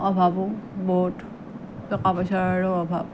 অভাৱো বহুত টকা পইচাৰো অভাৱ